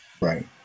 right